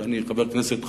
כי אני חבר כנסת,